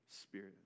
Spirit